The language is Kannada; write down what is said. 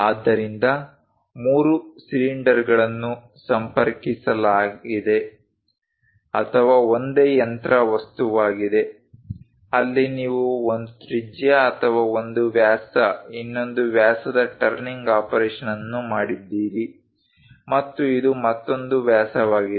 ಆದ್ದರಿಂದ ಮೂರು ಸಿಲಿಂಡರ್ಗಳನ್ನು ಸಂಪರ್ಕಿಸಲಾಗಿದೆ ಅಥವಾ ಒಂದೇ ಯಂತ್ರ ವಸ್ತುವಾಗಿದೆ ಅಲ್ಲಿ ನೀವು ಒಂದು ತ್ರಿಜ್ಯ ಅಥವಾ ಒಂದು ವ್ಯಾಸ ಇನ್ನೊಂದು ವ್ಯಾಸದ ಟರ್ನಿಂಗ್ ಆಪರೇಷನ್ನನ್ನು ಮಾಡಿದ್ದೀರಿ ಮತ್ತು ಇದು ಮತ್ತೊಂದು ವ್ಯಾಸವಾಗಿದೆ